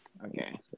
Okay